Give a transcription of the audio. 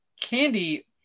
Candy